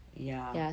ya